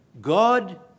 God